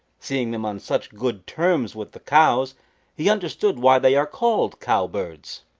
seeing them on such good terms with the cows he understood why they are called cowbirds.